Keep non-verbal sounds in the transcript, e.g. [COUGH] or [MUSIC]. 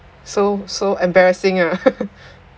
so so embarrassing ah [LAUGHS]